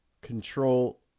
control